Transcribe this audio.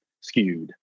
skewed